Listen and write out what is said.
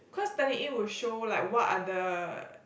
cause Turnitin it will show like what are the